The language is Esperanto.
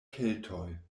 keltoj